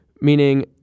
meaning